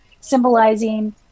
symbolizing